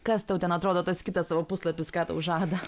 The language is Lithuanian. kas tau ten atrodo tas kitas puslapis ką tau žada